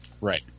Right